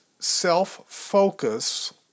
Self-focus